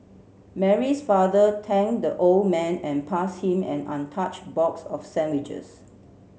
Mary's father thanked the old man and passed him an untouched box of sandwiches